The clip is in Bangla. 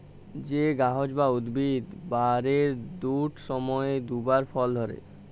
যে গাহাচ বা উদ্ভিদ বারের দুট সময়ে দুবার ফল ধ্যরে